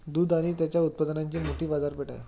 दूध आणि त्याच्या उत्पादनांची मोठी बाजारपेठ आहे